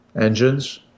Engines